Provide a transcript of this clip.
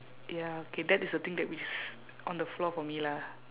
ya okay that is the thing that is on the floor for me lah